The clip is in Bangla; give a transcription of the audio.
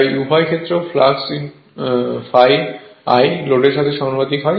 তাইউভয়ই ফ্লাক্সও ∅I লোডের সাথে সমানুপাতিক হয়